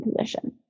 position